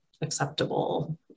acceptable